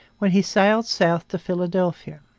when he sailed south to philadelphia.